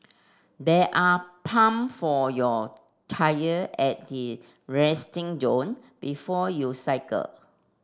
there are pump for your tyre at the resting zone before you cycle